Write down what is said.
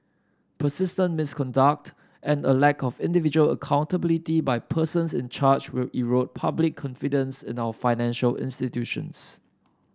persistent misconduct and a lack of individual accountability by persons in charge will erode public confidence in our financial institutions